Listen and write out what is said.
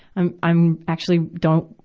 i'm, i'm actually don't,